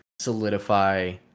solidify